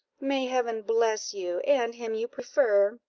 may heaven bless you, and him you prefer,